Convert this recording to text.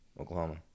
Oklahoma